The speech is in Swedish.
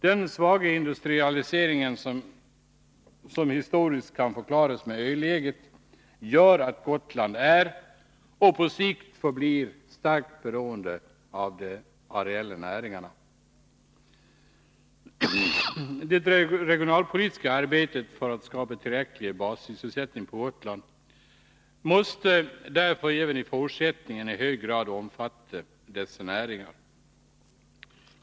Den svaga industrialiseringen, som historiskt kan förklaras med öläget, gör att Gotland är och på sikt förblir starkt beroende av de areella näringarna. Det regionalpolitiska arbetet för att skapa tillräcklig bassysselsättning på Gotland måste därför även i fortsättningen i hög grad omfatta dessa näringar.